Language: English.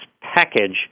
package